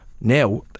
now